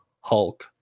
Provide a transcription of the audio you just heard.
Hulk